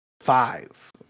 five